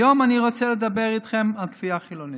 היום אני רוצה לדבר איתכם על כפייה חילונית,